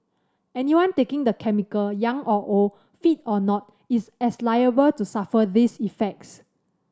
anyone taking the chemical young or old fit or not is as liable to suffer these effects